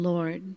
Lord